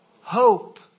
hope